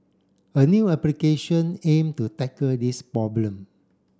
a new application aim to tackle this problem